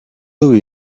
louie